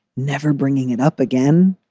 never bringing it up again.